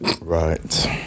Right